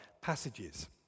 passages